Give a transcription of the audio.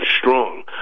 strong